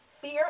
fear